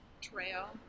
trail